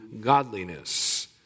godliness